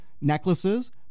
necklaces